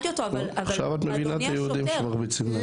עכשיו את מבינה את היהודים שמרביצים להם.